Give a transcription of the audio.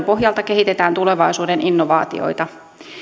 pohjalta kehitetään tulevaisuuden innovaatioita